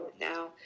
now